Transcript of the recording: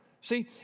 See